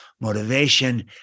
Motivation